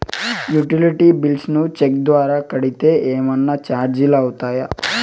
Utility bills ను cheque ద్వారా కట్టితే ఏమన్నా చార్జీలు అవుతాయా?